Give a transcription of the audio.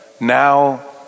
now